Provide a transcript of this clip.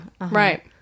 Right